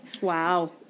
Wow